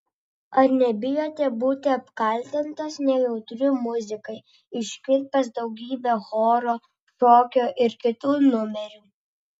ar nebijote būti apkaltintas nejautriu muzikai iškirpęs daugybę choro šokio ir kitų numerių